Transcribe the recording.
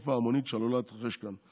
לקטסטרופה ההמונית שעלולה להתרחש כאן.